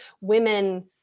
women